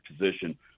position